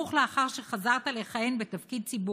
סמוך לאחר שחזרת לכהן בתפקיד ציבורי,